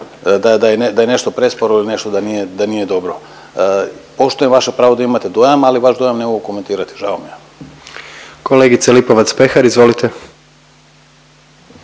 da je nešto presporo ili nešto da nije dobro. Poštujem vaše pravo da imate dojam, ali vaš dojam ne mogu komentirati. Žao mi je! **Jandroković, Gordan